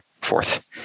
fourth